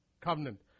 covenant